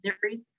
series